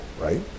right